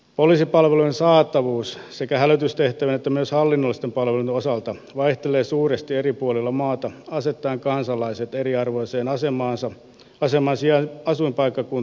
poliisipalvelujen saatavuus sekä hälytystehtävien että myös hallinnollisten palveluiden osalta vaihtelee suuresti eri puolilla maata asettaen kansalaiset eriarvoiseen asemaan asuinpaikkakuntansa perusteella